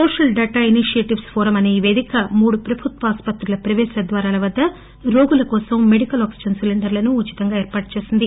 social data initiatives forum అసే పేదిక మూడు ప్రభుత్వ ఆస్పత్రుల ప్రవేశద్వారాల వద్ద రోగుల కోసం మెడికల్ ఆక్సిజన్ సిలీండర్లను ఉచితంగా ఏర్పాటు చేసింది